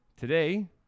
today